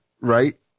right